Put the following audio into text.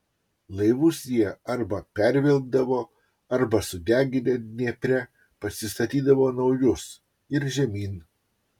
laivus jie arba pervilkdavo arba sudeginę dniepre pasistatydavo naujus ir žemyn